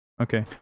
Okay